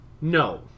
No